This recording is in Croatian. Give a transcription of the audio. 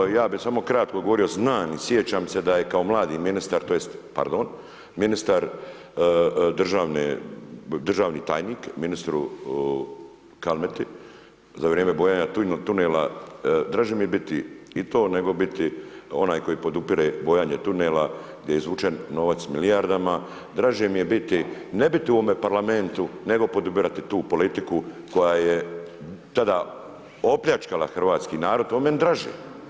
Evo, ja bi samo kratko odgovorio, znam i sjećam se da je kao mladi ministar tj. pardon, ministar državne, državni tajnik, ministru Kalmeti za vrijeme bojanja tunela, draže mi je biti i to, nego biti onaj koji podupire bojanje tunela, gdje je izvučen novac milijardama, draže mi je biti, ne biti u ovome parlamentu, nego podupirati tu politiku koja je tada opljačkala hrvatski narod, to je meni draže.